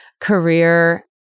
career